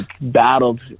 battled